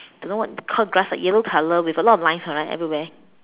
don't know what called grass ah yellow color with a lot of lines right everywhere